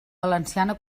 valenciana